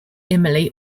emily